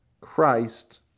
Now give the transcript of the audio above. Christ